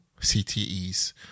CTEs